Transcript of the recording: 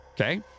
Okay